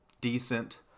decent